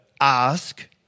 ask